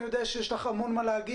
אני יודע שיש לך המון מה לומר,